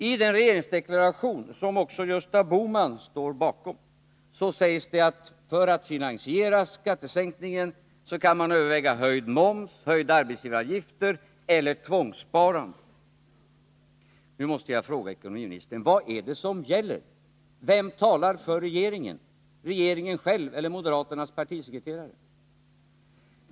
I den regeringsdeklaration som också Gösta Bohman står bakom sägs det att för att finansiera skattesänkningen kan man överväga höjd moms, höjda arbetsgivaravgifter eller tvångssparande. Nu måste jag fråga ekonomiministern: Vad är det som gäller? Vem talar för regeringen — regeringen själv eller moderaternas partisekreterare?